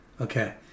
okay